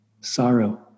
sorrow